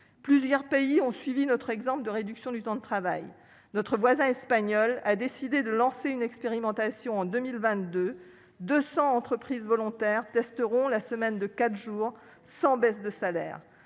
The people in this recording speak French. Plusieurs pays ont suivi notre exemple de réduction du temps de travail. Notre voisin espagnol a décidé de lancer une expérimentation. En 2022, ce sont 200 entreprises volontaires qui testeront la semaine de quatre jours sans baisse de salaire.